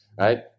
right